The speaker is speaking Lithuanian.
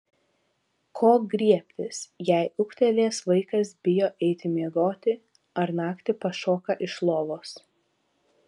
ko griebtis jei ūgtelėjęs vaikas bijo eiti miegoti ar naktį pašoka iš lovos